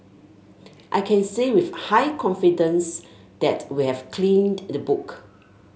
I can say with high confidence that we have cleaned the book